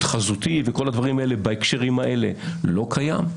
חזותי וכל הדברים האלה בהקשרים האלה לא קיימים.